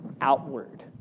outward